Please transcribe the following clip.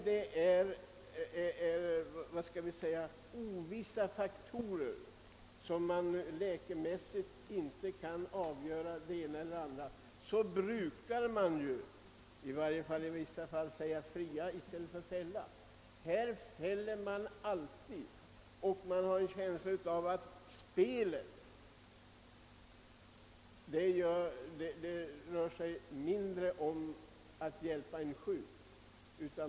Men precis som i gamla tider, när AÖO gällde, visar det sig att man när det föreligger ovissa faktorer alltid fäller. Jag har en känsla av att spelet här inte i första hand rör sig om att hjälpa en sjuk.